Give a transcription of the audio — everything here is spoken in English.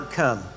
come